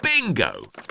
Bingo